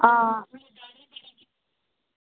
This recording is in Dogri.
हां